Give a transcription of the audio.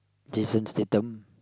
Jason-Statham